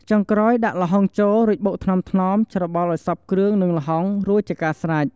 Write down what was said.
ចុងក្រោយ ដាក់ល្ហុងចូល រួចបុកថ្នមៗ ច្របល់ឲ្យសព្វគ្រឿងនឹងល្ហុងរួចជាការស្រេច។